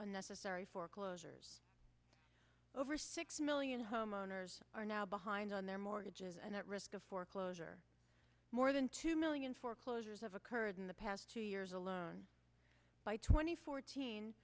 unnecessary foreclosures over six million homeowners are now behind on their mortgages and at risk of foreclosure more than two million foreclosures have occurred in the past two years alone by twenty fourteen